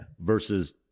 versus